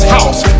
House